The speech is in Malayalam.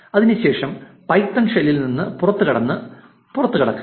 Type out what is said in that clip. അതിനു ശേഷം പൈത്തൺ ഷെല്ലിൽ നിന്ന് പുറത്തുകടന്ന് പുറത്തുകടക്കുക